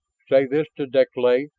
say this to deklay,